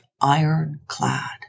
ironclad